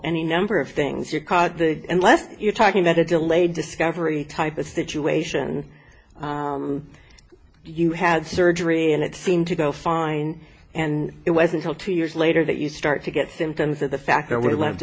any number of things you're caught the unless you're talking that a delayed discovery type of situation you had surgery and it seemed to go fine and it wasn't till two years later that you start to get symptoms that the factor would